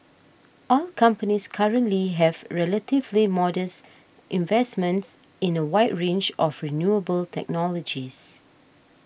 oil companies currently have relatively modest investments in a wide range of renewable technologies